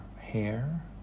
hair